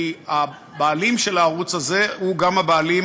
כי הבעלים של הערוץ הזה הוא גם הבעלים